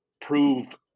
prove